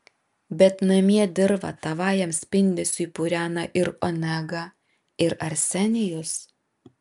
bet namie dirvą tavajam spindesiui purena ir onega ir arsenijus